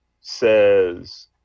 says